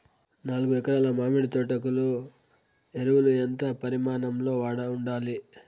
నాలుగు ఎకరా ల మామిడి తోట కు ఎరువులు ఎంత పరిమాణం లో ఉండాలి?